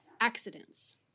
accidents